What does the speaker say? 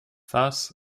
thus